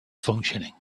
functioning